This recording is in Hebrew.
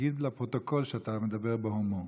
תגיד לפרוטוקול שאתה מדבר בהומור,